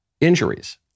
injuries